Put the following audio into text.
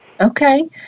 Okay